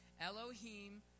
Elohim